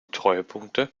treuepunkte